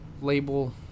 Label